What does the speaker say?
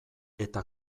eta